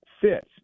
fits